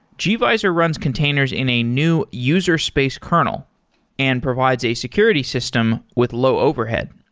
gvisor runs containers in a new user space kernel and provides a security system with low overhead.